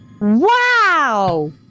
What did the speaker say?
Wow